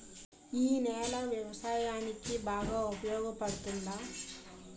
ఈ నేల వ్యవసాయానికి బాగా ఉపయోగపడుతుందా?